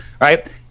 right